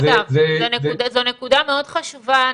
אגב, זו נקודה מאוד חשובה.